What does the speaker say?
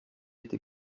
été